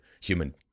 Human